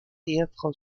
ehefrau